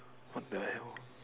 what the hell